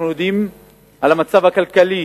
אנחנו יודעים מה המצב הכלכלי